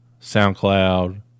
SoundCloud